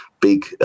big